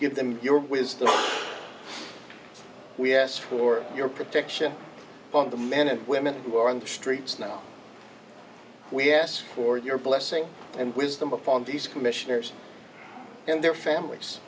give them your wisdom we ask for your protection from the men and women who are in the streets now we ask for your blessing and wisdom upon these commissioners and their families